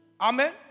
Amen